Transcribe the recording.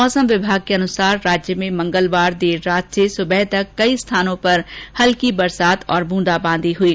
मौसम विभाग के अनुसार राज्य में मंगलवार देर रात से सुबह तक कई स्थानों पर हल्की बरसात और ब्रंदाबांदी हुई